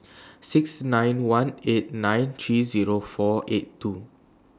six nine one eight nine three Zero four eight two